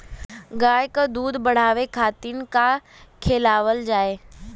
गाय क दूध बढ़ावे खातिन का खेलावल जाय?